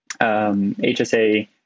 HSA